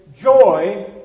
joy